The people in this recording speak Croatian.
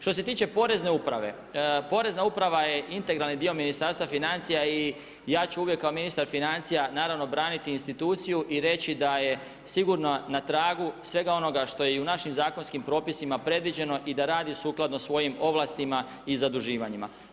Što se tiče Porezne uprave, Porezna uprava he integralni dio Ministarstva financija i ja ću uvijek kao ministar financija naravno braniti instituciju i reći da je sigurno na tragu svega onoga što je i u našim zakonskim propisima predviđeno i da radi sukladno svojim ovlastima i zaduživanjima.